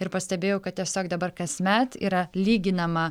ir pastebėjau kad tiesiog dabar kasmet yra lyginama